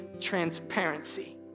transparency